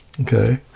okay